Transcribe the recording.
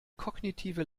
kognitive